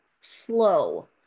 slow